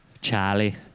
Charlie